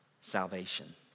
Salvation